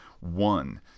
One